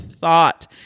thought